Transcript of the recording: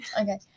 Okay